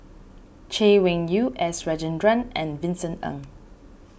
Chay Weng Yew S Rajendran and Vincent Ng